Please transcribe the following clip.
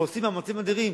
ועושים מאמצים אדירים